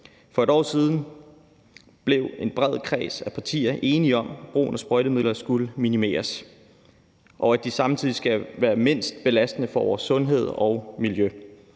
For et år siden blev en bred kreds af partier enige om, at brugen af sprøjtemidler skulle minimeres, og at de samtidig skal være mindst muligt belastende for vores sundhed og miljø.